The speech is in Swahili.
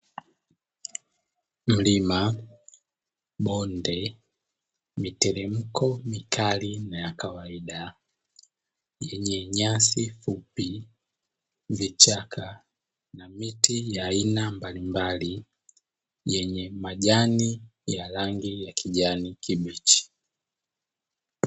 Mlima, bonde, miteremko mikali na ya kawaida yenye nyasi fupi, vichaka na miti ya aina mbalimbali yenye majani ya rangi ya kijani kibichi.